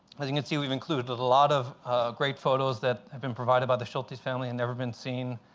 as you can see, we've included a lot of great photos that have been provided by the schultes family and never been seen.